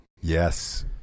Yes